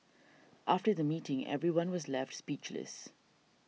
after the meeting everyone was left speechless